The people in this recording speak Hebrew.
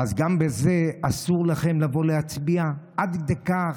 אז גם בזה אסור לכם לבוא להצביע, עד כדי כך?